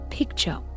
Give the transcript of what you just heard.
Picture